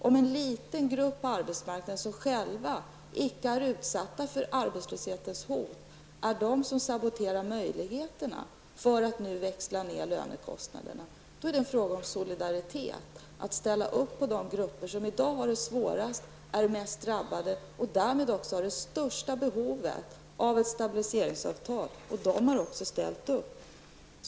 Om en liten grupp på arbetsmarknaden som själv inte är utsatt för arbetslöshetens hot saboterar möjligheterna att växla ner lönekostnaderna, är det en fråga om solidaritet att ställa sig bakom de grupper som i dag har det svårast, är de mest drabbade och därmed också har det största behovet av ett stabiliseringsavtal. De grupperna har också ställt upp.